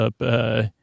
up